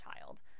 child